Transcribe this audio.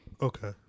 Okay